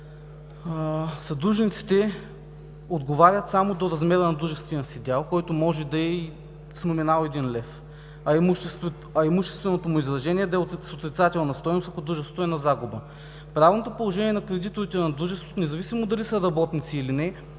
съдружниците отговарят само до размера на дружествения си дял, който може да е и с номинал един лев, а имущественото му изражение да е с отрицателна стойност, ако дружеството е на загуба. Правното положение на кредиторите на дружеството, независимо дали са работници, или не,